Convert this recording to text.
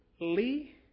Lee